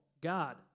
God